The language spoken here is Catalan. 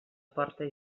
porta